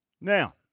Now